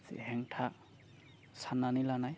जे हेंथा सान्नानै लानाय